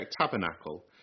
tabernacle